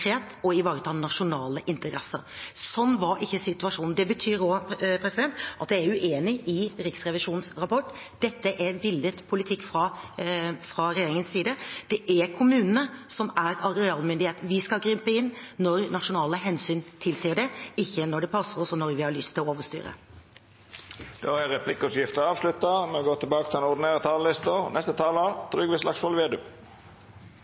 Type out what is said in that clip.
konkrete og ivareta nasjonale interesser. Sånn var ikke situasjonen. Det betyr også at jeg er uenig i Riksrevisjonens rapport. Dette er villet politikk fra regjeringens side. Det er kommunene som er arealmyndighet. Vi skal gripe inn når nasjonale hensyn tilsier det, ikke når det passer oss, og når vi har lyst til å overstyre. Replikkordskiftet er avslutta. Høyre-leder Erna Solberg reiste landet rundt i valgkampen i 2013 og snakket om hvordan man skulle omstille Norge, hvordan vi